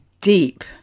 deep